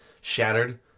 shattered